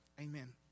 Amen